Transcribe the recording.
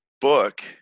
book